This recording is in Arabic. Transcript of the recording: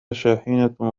شاحنة